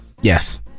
Yes